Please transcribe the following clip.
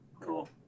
Cool